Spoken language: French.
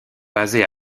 basés